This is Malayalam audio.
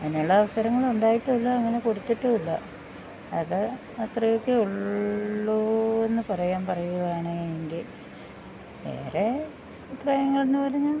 അങ്ങനെ ഉള്ള അവസരങ്ങളുണ്ടായിട്ടില്ല അങ്ങനെ കൊടുത്തിട്ടും ഇല്ല അത് അത്രയൊക്കെ ഉള്ളൂന്ന് പറയാൻ പറയുകയാണെങ്കിൽ വേറെ അഭിപ്രായങ്ങൾ എന്ന് പറഞ്ഞാൽ